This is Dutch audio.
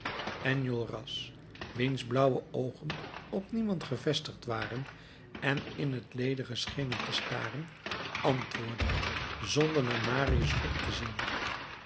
enjolras wiens blauwe oogen op niemand gevestigd waren en in het ledige schenen te staren antwoordde zonder naar marius op te zien